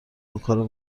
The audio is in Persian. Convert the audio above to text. اونکارو